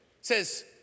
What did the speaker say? says